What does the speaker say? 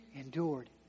endured